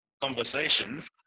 conversations